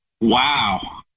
Wow